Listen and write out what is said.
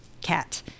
cat